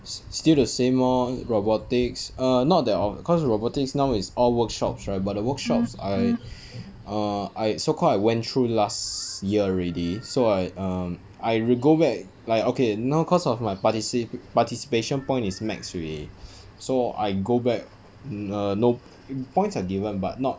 still the same lor robotics err not that of~ cause the robotics now is all workshops right but the workshops I err I so called I went through last year already so I um I will go back like okay now cause of my partici~ participation point is max already so I go back err n~ points are given but not